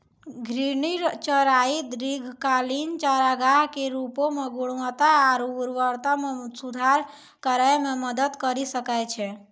घूर्णि चराई दीर्घकालिक चारागाह के रूपो म गुणवत्ता आरु उर्वरता म सुधार करै म मदद करि सकै छै